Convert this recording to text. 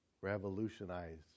revolutionized